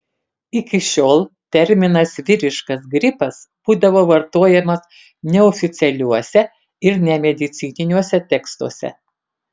iki šiol terminas vyriškas gripas būdavo vartojamas neoficialiuose ir nemedicininiuose tekstuose